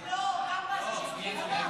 בריאות העם (הנגשת מידע ופנקס חיסונים למחוסן),